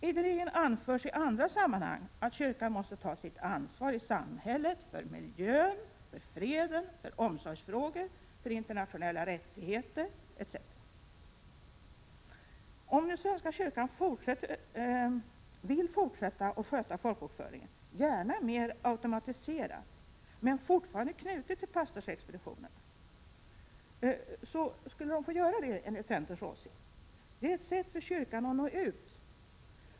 I andra sammanhang anförs ideligen att kyrkan måste ta sitt ansvar i samhället för miljön, freden, omsorgsfrågor, internationella rättigheter etc. Om nu svenska kyrkan vill fortsätta att sköta folkbokföringen — gärna mera automatiserad, men fortfarande knuten till pastorsexpeditionen — så skall den få göra det, enligt centerns åsikt. Det är ett sätt för kyrkan att nå ut.